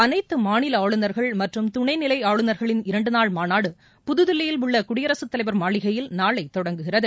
அனைத்துமாநிலஆளுநர்கள் மற்றும் துணைநிலைஆளுநர்களின் இரண்டுநாள் மாநாடு புதுதில்லியில் உள்ளகுடியரசுத் தலைவர் மாளிகையில் நாளைதொடங்குகிறது